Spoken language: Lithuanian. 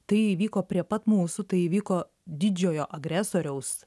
tai įvyko prie pat mūsų tai įvyko didžiojo agresoriaus